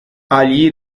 allí